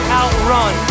outrun